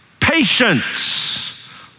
patience